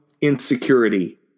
insecurity